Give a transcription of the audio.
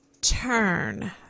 turn